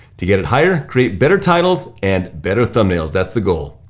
to get it higher, create better titles and better thumbnails, that's the goal.